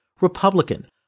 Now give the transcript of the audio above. Republican